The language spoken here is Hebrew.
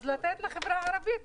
אז לתת לחברה הערבית,